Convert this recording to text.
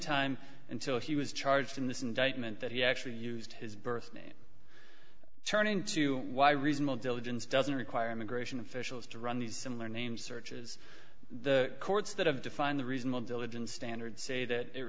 time until he was charged in this indictment that he actually used his birth name turning to why reasonable diligence doesn't require immigration officials to run these similar names searches the courts that have defined the reasonable diligence standard say that it